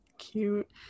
Cute